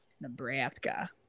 nebraska